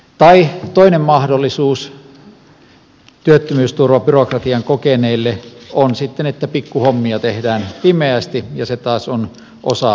tai toinen mahdollisuus työttömyysturvabyrokratian kokeneelle on sitten se että pikku hommia tehdään pimeästi ja se taas on osa harmaata taloutta